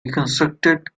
reconstructed